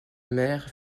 mère